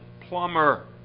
plumber